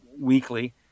weekly